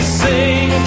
sing